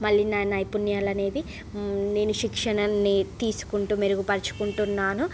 మళ్ళి నా నైపుణ్యాలు అనేది నేను శిక్షణన్ని తీసుకుంటూ మెరుగుపరుచుకుంటున్నాను